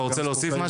אתה רוצה להוסיף?